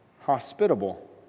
hospitable